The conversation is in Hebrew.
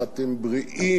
אתם בריאים,